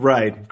Right